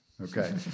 Okay